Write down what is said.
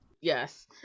Yes